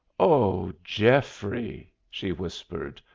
oh, geoffrey! she whispered,